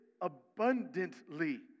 abundantly